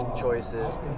choices